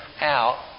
out